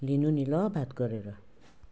लिनु नि ल बात गरेर